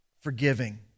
forgiving